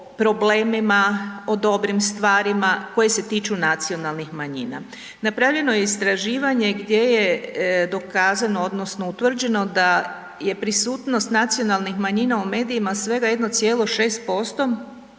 o problemima, o dobrim stvarima koji se tiču nacionalnih manjina. Napravljeno je istraživanje gdje je dokazano odnosno utvrđeno da je prisutnost nacionalnih manjina u medijima svega 1,6%